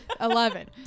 Eleven